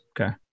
Okay